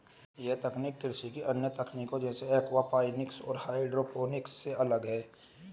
यह तकनीक कृषि की अन्य तकनीकों जैसे एक्वापॉनिक्स और हाइड्रोपोनिक्स से अलग है